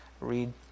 read